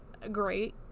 great